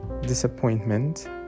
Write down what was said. disappointment